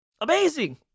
amazing